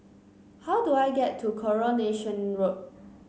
how do I get to Coronation Road